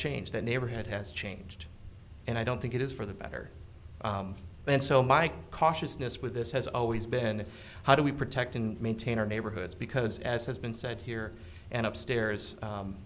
changed the neighborhood has changed and i don't think it is for the better and so my cautiousness with this has always been how do we protect and maintain our neighborhoods because as has been said here and upstairs